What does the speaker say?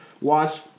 watch